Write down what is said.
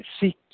seek